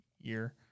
year